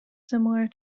similar